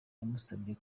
yamusabye